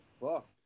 fucked